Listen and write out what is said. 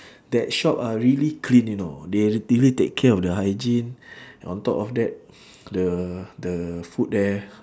that shop ah really clean you know they really take care of the hygiene on top of that the the food there